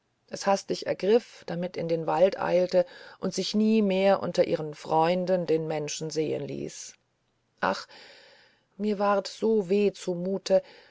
es hastig ergriff damit in den wald eilte und sich nie mehr unter ihren freunden den menschen sehen ließ ach mir ward so weh zumute